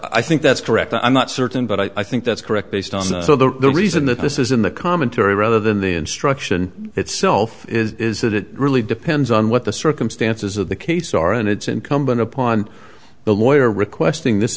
i think that's correct i'm not certain but i think that's correct based on so the reason that this is in the commentary rather than the instruction itself is that it really depends on what the circumstances of the case are and it's incumbent upon the lawyer requesting this